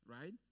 right